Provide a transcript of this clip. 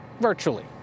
virtually